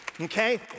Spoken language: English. Okay